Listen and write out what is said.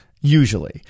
usually